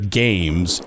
games